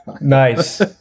Nice